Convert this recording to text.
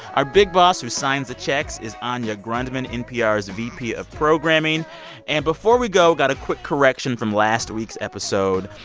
our big boss who signs the checks is anya grundmann, npr's vp of programming and before we go, got a quick correction from last week's episode.